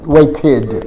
Waited